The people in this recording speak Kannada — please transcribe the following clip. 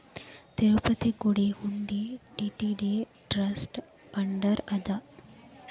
ತಿರುಪತಿ ಗುಡಿ ಹುಂಡಿ ಟಿ.ಟಿ.ಡಿ ಟ್ರಸ್ಟ್ ಅಂಡರ್ ಅದ